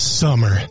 summer